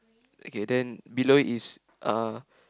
okay then below is uh